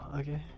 okay